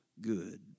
good